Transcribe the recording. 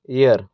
year